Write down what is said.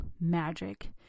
magic